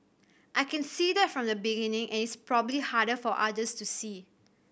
I can see that from the beginning and it's probably harder for others to see